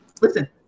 listen